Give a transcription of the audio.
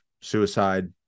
suicide